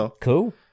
Cool